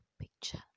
picture